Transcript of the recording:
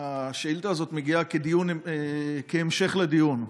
השאילתה הזאת מגיעה כהמשך לדיון.